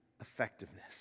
effectiveness